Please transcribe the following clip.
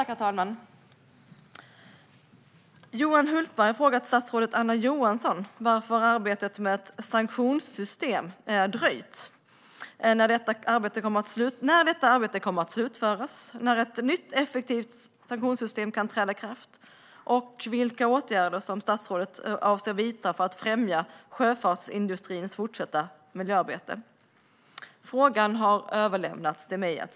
Herr talman! Johan Hultberg har frågat statsrådet Anna Johansson varför arbetet med ett sanktionssystem dröjt, när detta arbete kommer att slutföras, när ett nytt effektivt sanktionssystem kan träda i kraft och vilka åtgärder som statsrådet avser att vidta för att främja sjöfartsindustrins fortsatta miljöarbete. Interpellationen har överlämnats till mig.